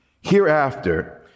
hereafter